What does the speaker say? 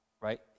Right